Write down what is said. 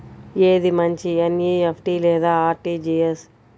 ఏది మంచి ఎన్.ఈ.ఎఫ్.టీ లేదా అర్.టీ.జీ.ఎస్?